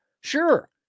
sure